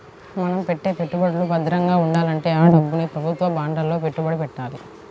మన పెట్టే పెట్టుబడులు భద్రంగా ఉండాలంటే ఆ డబ్బుని ప్రభుత్వ బాండ్లలో పెట్టుబడి పెట్టాలి